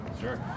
sure